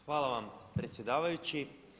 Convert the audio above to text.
Hvala vam predsjedavajući.